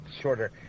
shorter